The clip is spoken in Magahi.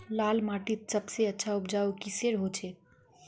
लाल माटित सबसे अच्छा उपजाऊ किसेर होचए?